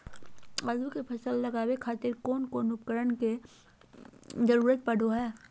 आलू के फसल लगावे खातिर कौन कौन उपकरण के जरूरत पढ़ो हाय?